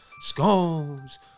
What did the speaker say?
Scones